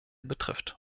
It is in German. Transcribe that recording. betrifft